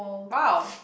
!wow!